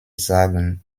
sagen